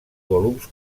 volums